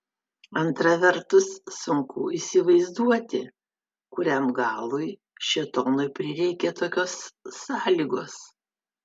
antra vertus sunku įsivaizduoti kuriam galui šėtonui prireikė tokios sąlygos